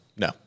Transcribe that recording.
No